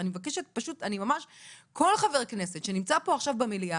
כל חבר כנסת שנמצא פה עכשיו במליאה